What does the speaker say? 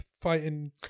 fighting